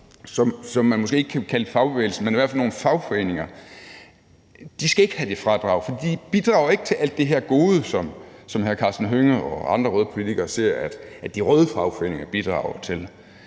som man måske ikke kan kalde fagbevægelsen, ikke skal have, fordi de ikke bidrager til alt det her gode, som hr. Karsten Hønge og andre røde politikere ser at de røde fagforeninger bidrager til.